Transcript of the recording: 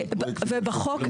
בחוק,